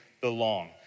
belong